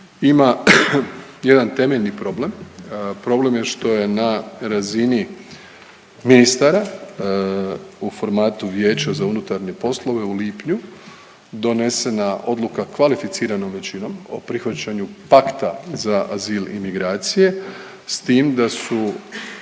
ima jedan temeljni problem, problem je što je na razini ministara u formatu Vijeća za unutarnje poslove u lipnju donesena odluka kvalificiranom većinom o prihvaćanju pakta za azil i imigracije s tim da su